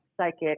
psychic